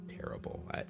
terrible